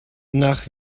nach